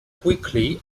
quickly